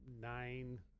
nine